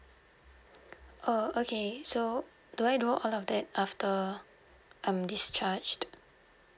oh okay so do I do all of that after um discharged